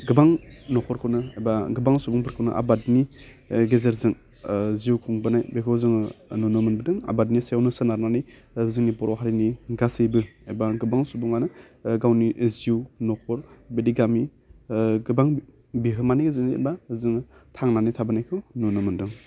गोबां नख'रखौनो एबा गोबां सुबुंफोरखौनो आबादनि ओह गेजेरजों ओह जिउ खुंबोनाय बेखौ जोङो नुनो मोनबोदों आबादनि सायावनो सोनारनानै ओह जोंनि बर' हारिनि गासैबो एबा गोबां सुबुङानो ओह गावनि जिउ न'खर बिदि गामि ओह गोबां बिहोमानि ओजो बाह जोङो थांनानै थाबोनायखौ नुनो मोन्दों